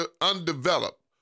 undeveloped